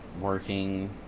Working